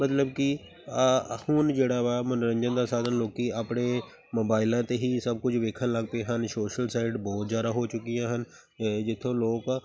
ਮਤਲਬ ਕਿ ਹੁਣ ਜਿਹੜਾ ਵਾ ਮਨੋਰੰਜਨ ਦਾ ਸਾਧਨ ਲੋਕ ਆਪਣੇ ਮੋਬਾਈਲਾਂ 'ਤੇ ਹੀ ਸਭ ਕੁਝ ਵੇਖਣ ਲੱਗ ਪਏ ਹਨ ਸੋਸ਼ਲ ਸਾਈਡ ਬਹੁਤ ਜ਼ਿਆਦਾ ਹੋ ਚੁੱਕੀਆਂ ਹਨ ਜਿੱਥੋਂ ਲੋਕ